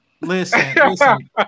Listen